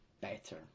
better